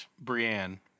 Brienne